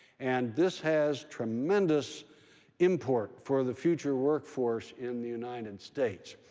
and this has tremendous import for the future workforce in the united states.